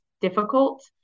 difficult